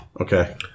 Okay